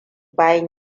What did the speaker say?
bayan